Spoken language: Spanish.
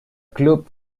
club